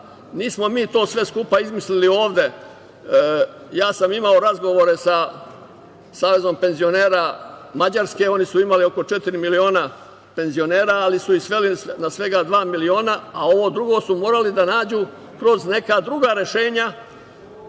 nismo mi sve to skupa izmislili ovde, imao sam razgovore sa Savezom penzionera Mađarske, oni su imali negde oko četiri miliona penzionera, ali su ih sveli na svega dva miliona, a ovo drugo su morali da nađu kroz neka druga rešenja.